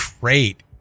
great